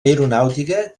aeronàutica